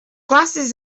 glasses